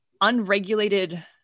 unregulated